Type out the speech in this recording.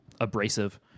abrasive